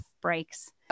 breaks